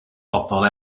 bobl